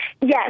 Yes